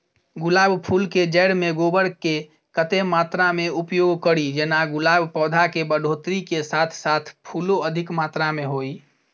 गुलाब फूल केँ जैड़ मे गोबर केँ कत्ते मात्रा मे उपयोग कड़ी जेना गुलाब पौधा केँ बढ़ोतरी केँ साथ साथ फूलो अधिक मात्रा मे होइ?